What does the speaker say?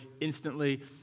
instantly